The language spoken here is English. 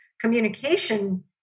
communication